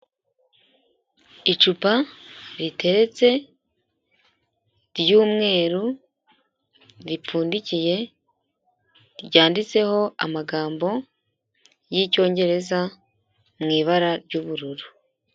Icupa riteretse ry'umweru ripfundikiye, ryanditseho amagambo y'icyongereza, mu ibara ry'ubururu.